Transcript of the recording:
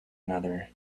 another